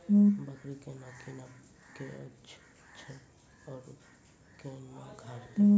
बकरी केना कीनब केअचछ छ औरू के न घास दी?